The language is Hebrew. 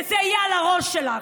וזה יהיה על הראש שלך.